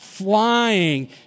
flying